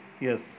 Yes